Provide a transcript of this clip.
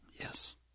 Yes